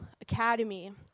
academy